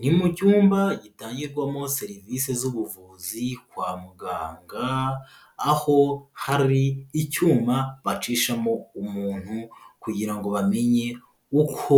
Ni mu cyumba gitangirwamo serivisi z'ubuvuzi kwa muganga, aho hari icyuma bacishamo umuntu kugira ngo bamenye uko